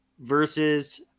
versus